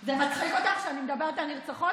זה מצחיק אותך שאני מדברת על נרצחות?